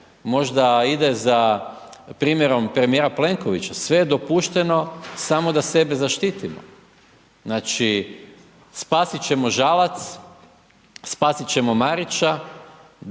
možda ide za primjerom premijera Plenkovića, sve je dopušteno samo da sebe zaštitim, znači spasit ćemo Žalac, spasit ćemo Marića,